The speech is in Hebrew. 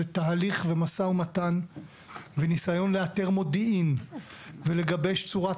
זה תהליך ומשא ומתן וניסיון לאתר מודיעין ולגבש צורת